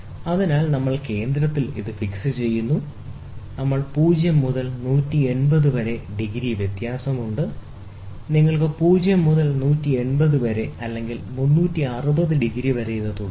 അതിനാൽ നമ്മൾ കേന്ദ്രത്തിൽ ഫിക്സ് ചെയ്യുന്നു നമ്മൾക്ക് 0 മുതൽ 180 വരെ ഡിഗ്രി വ്യത്യാസമുണ്ട് നിങ്ങൾക്ക് 0 മുതൽ 180 വരെ ആകാം അല്ലെങ്കിൽ 360 ഡിഗ്രി വരെ തുടരാം